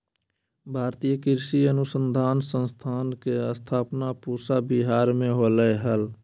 भारतीय कृषि अनुसंधान संस्थान के स्थापना पूसा विहार मे होलय हल